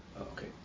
Okay